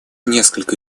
несколько